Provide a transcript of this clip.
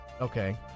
Okay